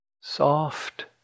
soft